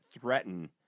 threaten